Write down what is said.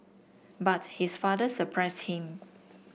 but his father surprised him